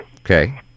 Okay